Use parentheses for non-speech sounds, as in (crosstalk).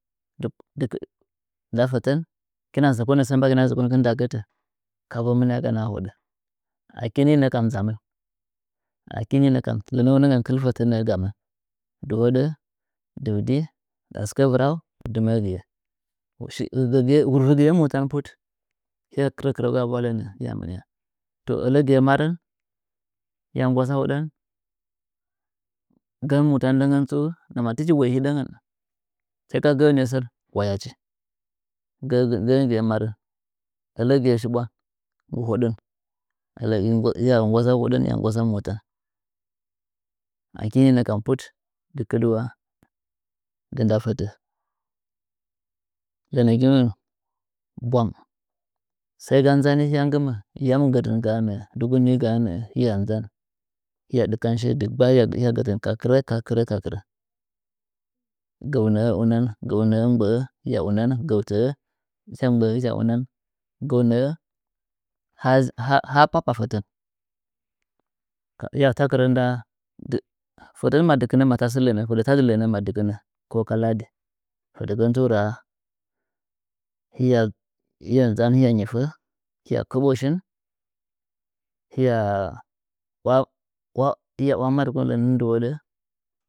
Nda fɚtɚn kina zɚkonɚ sɚ mbagakɨna zɚkonkɨn ndagɚtɚ kabu mɨntaganɚ a hoɗa aki ni nɚkam nzamɨn aki ni nɚkam lɚnɚunɚ’ɚ kɨn kɨl fɨtɚ gamɚ dthoɗɨ dɨvdi a sɨkɚ vɨrau dɨmɚgɨye (hesitation) wurvɨgɨye motenput ya kɨrɚ kɨrɚgaa ɓwa lɚnɚ ya mɨnta to ɚlɚgɨye marɚn hɨya nggwasa hoɗɚn gan mota tsɨ’u ndama tɨchi woye hidɚngɚn sai ga gɚ’ɚnye sɚn wayachi gɨgi gɚ’ɚngɨye marɚn ɚlɚgɨye shiɓwan hoɗɚn ɚlɚ hɨya nggwa sa hoɗɚn hɨya nggwasa motan aki ninɚkam put dɨkɨdɨwa nggɨ nda fɚtɚ lɚnɚgɨunɚ ngɚ ɓwang sai ga nzani hɨya nggɨmɚ yam gɚ dɨn gaa nɚɚ dɨgu ni gaa nɚɚ nzan hɨya ɗɨkan shiye dɨggba hɨya gɚdɨn kakɨrɚ ka ktrɚ ka kɨrɚ gɚu nɚɚ unai gɚu nɚɚ mgbɚ’ɚ hɨya unan gɚu tɚ’ɚu hɨcha mgbɚɚ hɨcha unan gɚu nɚɚ haha lɨpapa fɚtɚnka hɨya takɨrɚ nda ‘’gɚ fɚtɚ ma dɨ kɨnɚ matasɚ lɚnɚ fedɚ tadi lɚnɚ koka ladi fɚdɚgɚn tsu raa hɨya hɨya nzan hɨya nyifɚ hɨya kɚbo shin hɨya (hesitation) waha madɨkung lɚnɚn dɨhoɗɚ